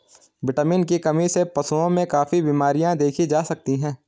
vitamin की कमी से पशुओं में काफी बिमरियाँ देखी जा सकती हैं